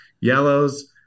Yellows